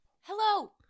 Hello